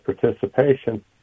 participation